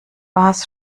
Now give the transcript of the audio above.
was